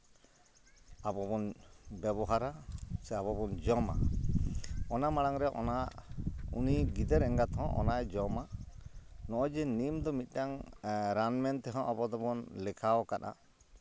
ᱟᱵᱚ ᱵᱚᱱ ᱵᱮᱵᱚᱦᱟᱨᱟ ᱥᱮ ᱟᱵᱚ ᱵᱚᱱ ᱡᱚᱢᱟ ᱚᱱᱟ ᱢᱟᱲᱟᱝ ᱨᱮ ᱚᱱᱟ ᱩᱱᱤ ᱜᱤᱫᱟᱹᱨ ᱮᱸᱜᱟᱛ ᱦᱚᱸ ᱚᱱᱟᱭ ᱡᱚᱢᱟ ᱱᱚᱜᱼᱚᱭ ᱡᱮ ᱱᱤᱢ ᱫᱚ ᱢᱤᱫᱴᱟᱝ ᱨᱟᱱ ᱢᱮᱱ ᱛᱮᱦᱚᱸ ᱟᱵᱚ ᱫᱚᱵᱚᱱ ᱞᱮᱠᱷᱟᱣ ᱠᱟᱜᱼᱟ